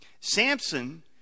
Samson